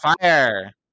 fire